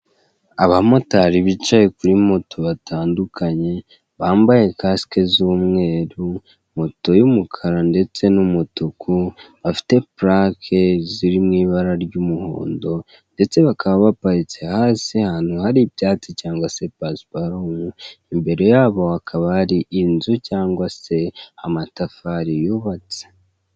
Abamotari bicaye kuri moto batandukanye, bambaye kasike z'umweru, moto y'umukara ndetse n'umutuku, bafite purake ziri mu ibara ry'umuhondo, ndetse bakaba baparitse hasi, ahantu hari ibyatsi cyangwa se pasiparumu, imbere yabo hakaba hari inzu cyangwa se amafatari yubatse.